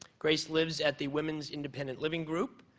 grace lives at the women's independent living group,